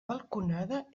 balconada